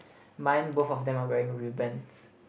mine both of them are wearing ribbons